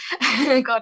God